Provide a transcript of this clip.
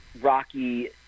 Rocky